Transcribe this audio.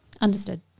Understood